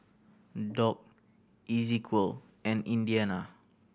Dock Ezequiel and Indiana